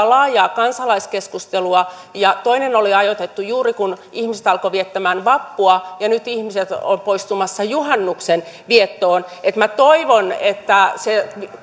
laajaa kansalaiskeskustelua ja toinen oli ajoitettu juuri kun ihmiset alkoivat viettämään vappua ja nyt ihmiset ovat poistumassa juhannuksen viettoon minä toivon että se